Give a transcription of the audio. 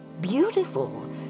beautiful